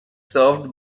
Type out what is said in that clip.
served